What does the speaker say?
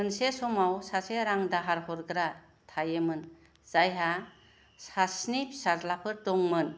मोनसे समाव सासे रां दाहार हरग्रा थायोमोन जायहा सास्नि फिसाज्लाफोर दंमोन